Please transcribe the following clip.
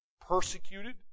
persecuted